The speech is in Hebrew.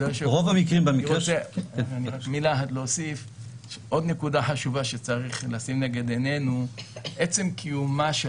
עוד נקודה חשובה שצריך לשים לנגד עיננו היא שעצם קיומה של